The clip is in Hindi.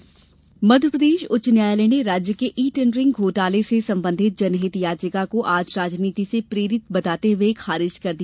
ई टेंडरिंग घोटाला मध्यप्रदेश उच्च न्यायालय ने राज्य के ई टेंडरिंग घोटाले से संबंधित जनहित याचिका को आज राजनीति से प्रेरित बताते हए खारिज कर दिया